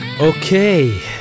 Okay